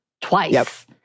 twice